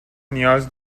نیاز